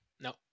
No